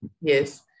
Yes